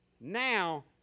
now